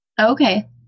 Okay